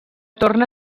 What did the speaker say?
torna